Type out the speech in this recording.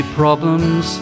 problems